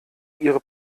ihre